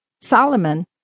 Solomon